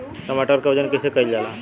टमाटर क वजन कईसे कईल जाला?